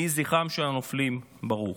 יהיה זכרם של הנופלים ברוך.